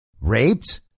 raped